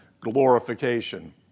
glorification